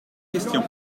question